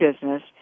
Business